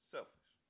Selfish